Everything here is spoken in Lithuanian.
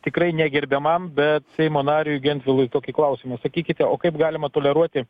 tikrai ne gerbiamam bet seimo nariui gentvilui tokį klausimą sakykite o kaip galima toleruoti